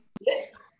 Yes